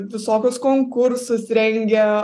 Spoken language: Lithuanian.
visokius konkursus rengia